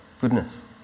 goodness